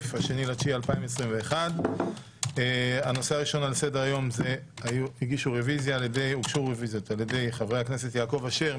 2 בספטמבר 2021. הוגשו רביזיות על-ידי חברי הכנסת יעקב אשר,